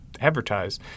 Advertise